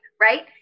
Right